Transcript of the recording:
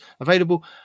available